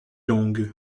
longue